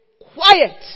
quiet